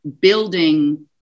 building